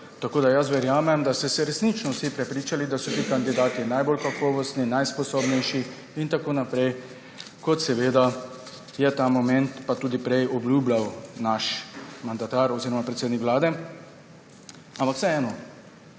Tako da verjamem, da so se resnično vsi prepričali, da so ti kandidati najbolj kakovostni, najsposobnejši in tako naprej, kot je ta moment pa tudi prej obljubljal naš mandatar oziroma predsednik Vlade. Ampak vseeno,